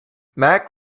mack